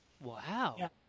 Wow